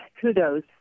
kudos